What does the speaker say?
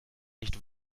nicht